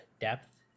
depth